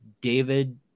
David